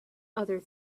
other